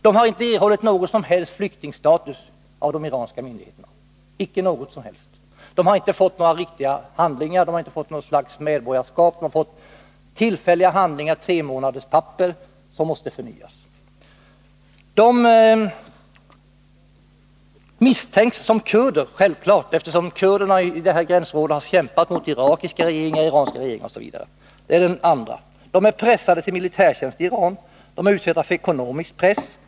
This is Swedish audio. De har inte erhållit någon som helst flyktingstatus av de iranska myndigheterna — icke någon som helst. De har inte fått några riktiga handlingar, de har inte fått något slags medborgarskap. De har fått tillfälliga handlingar, tremånaderspapper som måste förnyas. De misstänks som kurder — självklart eftersom kurderna i dessa gränsområden har kämpat mot irakiska regeringar, iranska regeringar osv. De är pressade till militärtjänst i Iran. De är utsatta för ekonomisk press.